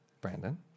Brandon